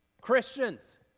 Christians